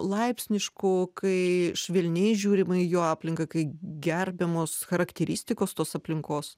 laipsniškų kai švelniai žiūrima į jo aplinką kai gerbiamos charakteristikos tos aplinkos